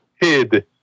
Hid